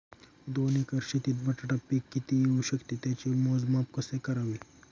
दोन एकर शेतीत बटाटा पीक किती येवू शकते? त्याचे मोजमाप कसे करावे?